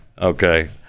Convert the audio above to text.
Okay